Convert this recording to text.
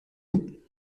vous